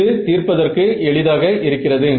இது தீர்ப்பதற்கு எளிதாக இருக்கிறது